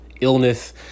illness